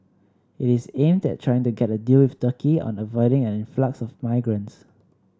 it is aimed at trying to get a deal with Turkey on avoiding an influx of migrants